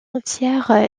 entière